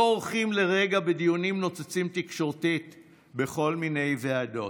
לא אורחים לרגע בדיונים נוצצים תקשורתית בכל מיני ועדות,